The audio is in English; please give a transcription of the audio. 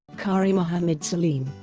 qari mohammed salim,